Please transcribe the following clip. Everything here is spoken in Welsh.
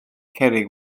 cerrig